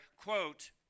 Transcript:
quote